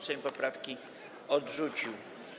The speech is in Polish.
Sejm poprawki odrzucił.